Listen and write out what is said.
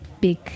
big